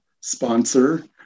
sponsor